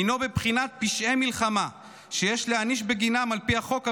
הינו בבחינת פשעי מלחמה שיש להעניש בגינם על פי החוק הבין-לאומי,